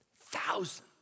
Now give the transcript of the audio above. thousands